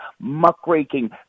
muckraking